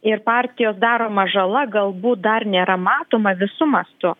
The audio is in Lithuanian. ir partijos daroma žala galbūt dar nėra matoma visu mastu